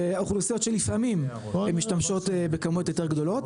ואוכלוסיות שלפעמים הן משתמשות בכמויות יותר גדולות,